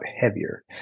heavier